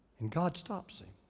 and god stops him.